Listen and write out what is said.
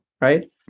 right